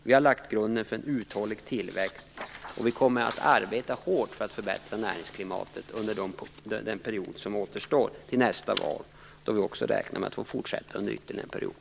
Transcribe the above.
Vi har lagt grunden för en uthållig tillväxt, och vi kommer att arbeta hårt för att förbättra näringsklimatet under den tid som återstår fram till nästa val, då vi räknar med att få fortsätta under ytterligare en period.